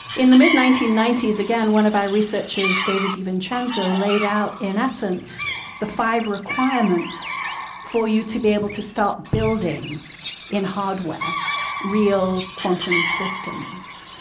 in the mid nineteen ninety s again one of our research is, david divincenzo laid out in essence the five requirements for you to be able to start building in hardware real quantum systems.